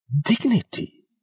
Dignity